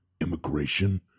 Immigration